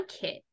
kit